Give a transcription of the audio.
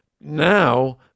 Now